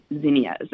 zinnias